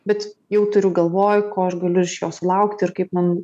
bet jau turiu galvoj ko aš galiu iš jo sulaukti ir kaip man